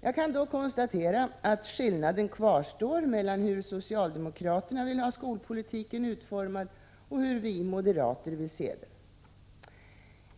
Jag kan konstatera att skillnaden kvarstår mellan hur socialdemokraterna vill ha skolpolitiken utformad och hur vi moderater vill se den.